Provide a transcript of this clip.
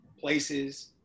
places